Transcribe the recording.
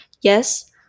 Yes